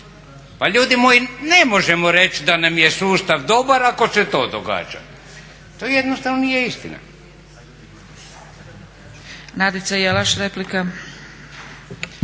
Pa ljudi moji ne možemo reći da nam je sustav dobar ako se to događa. To jednostavno nije istina. **Zgrebec, Dragica